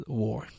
war